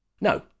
No